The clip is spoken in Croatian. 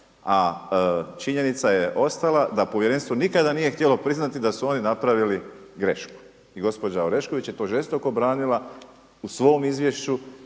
A činjenica je ostala da povjerenstvo nikada nije htjelo priznati da su oni napravili grešku. I gospođa Orešković je to žestoko branila u svom izvješću